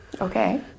Okay